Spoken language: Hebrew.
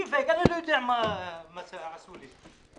אתה לא יודע מה עשו לי.